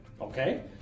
okay